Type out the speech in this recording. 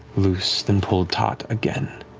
loose, then pulled taut again.